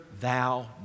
thou